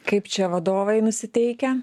kaip čia vadovai nusiteikę